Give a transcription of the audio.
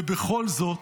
ובכל זאת,